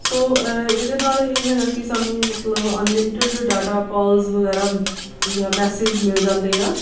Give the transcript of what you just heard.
ਸੋ ਇਹਦੇ ਨਾਲ ਇਹ ਹੈਗਾ ਕਿ ਸਾਨੂੰ ਮਤਲਬ ਅਨਲਿਮਿਟਡ ਡਾਟਾ ਕੋਲਜ਼ ਵਗੈਰਾ ਜਾਂ ਮੈਸੇਜ ਮਿਲ ਜਾਂਦੇ ਹਾਂ